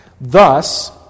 Thus